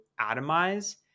atomize